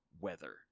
weather